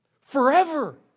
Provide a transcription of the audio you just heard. forever